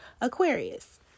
Aquarius